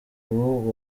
ubu